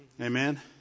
Amen